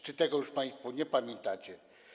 Czy tego już państwo nie pamiętacie?